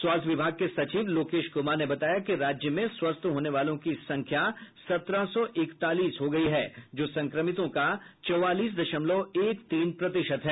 स्वास्थ्य विभाग के सचिव लोकेश कुमार ने बताया कि राज्य में स्वस्थ होने वालों की संख्या सत्रह सौ इकतालीस हो गयी है जो संक्रमितों का चौबालीस दशमलव एक तीन प्रतिशत है